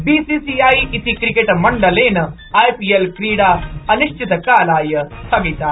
BCI इति क्रिकेट्मण्डलेन आईपीएल्क्रीडा अनिश्चितकालाय स्थगिता